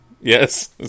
Yes